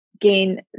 gain